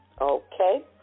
Okay